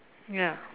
ya